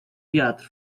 wiatr